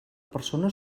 persona